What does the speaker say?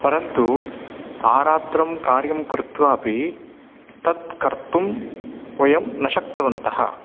परन्तु आरात्रं कार्यं कृत्वा अपि तत् कर्तुं वयं न शक्तवन्तः